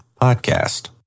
Podcast